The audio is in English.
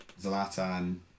Zlatan